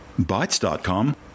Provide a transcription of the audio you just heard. Bytes.com